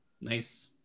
Nice